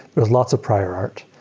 there's lots of prior art.